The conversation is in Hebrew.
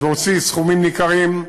והוציא סכומים ניכרים,